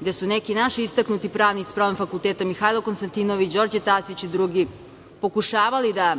gde su neki naši istaknuti pravnici sa Pravnog fakulteta, Mihajlo Konstantinović, Đorđe Tasić i drugi, pokušavali da